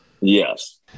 yes